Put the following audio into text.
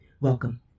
welcome